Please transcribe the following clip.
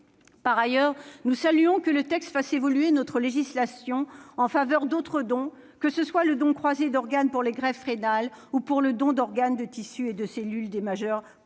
Par ailleurs, nous saluons le fait que le texte fasse évoluer notre législation en faveur d'autres dons, que ce soit le don croisé d'organes pour les greffes rénales ou le don d'organes, de tissus et de cellules des majeurs